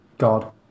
God